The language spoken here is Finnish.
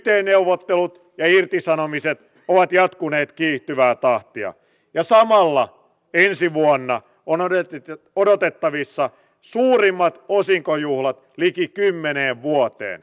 yt neuvottelut ja irtisanomiset ovat jatkuneet kiihtyvää tahtia ja samalla ensi vuonna on odotettavissa suurimmat osinkojuhlat liki kymmeneen vuoteen